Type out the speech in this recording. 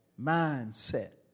mindset